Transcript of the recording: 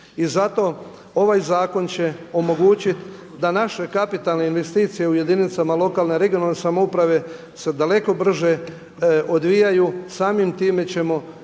I zato ovaj zakon će omogućiti da naše kapitalne investicije u jedinicama lokalne, regionalne samouprave se daleko brže odvijaju, samim time ćemo